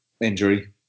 injury